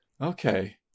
okay